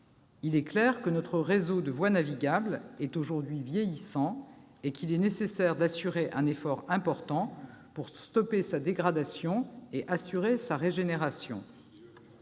Il est clair que ce dernier est aujourd'hui vieillissant, et qu'il est nécessaire d'engager un effort important pour stopper sa dégradation et assurer sa régénération.